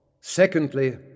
Secondly